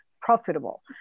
profitable